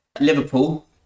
Liverpool